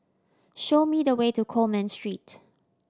show me the way to Coleman Street